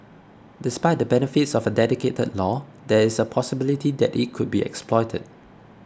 despite the benefits of a dedicated law there is a possibility that it could be exploited